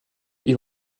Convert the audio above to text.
ils